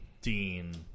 Dean